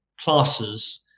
classes